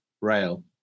Rail